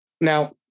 Now